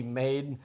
made